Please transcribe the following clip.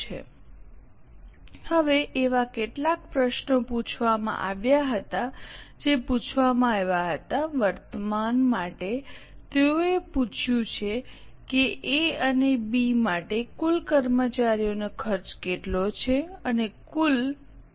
slide સમયનો સંદર્ભ લો1304 હવે એવા કેટલાક પ્રશ્નો પૂછવામાં આવ્યા હતા જે પૂછવામાં આવ્યા હતા વર્તમાન માટે તેઓએ પૂછ્યું છે કે એ અને બી માટે કુલ કર્મચારીનો ખર્ચ કેટલો છે અને કુલ પણ